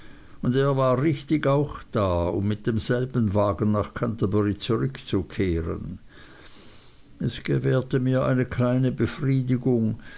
und er war richtig auch da um mit demselben wagen nach canterbury zurückzukehren es gewährte mir eine kleine befriedigung